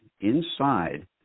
inside